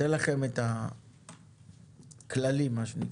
אני אתן לכם את הכללים, מה שנקרא.